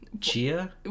Chia